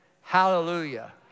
Hallelujah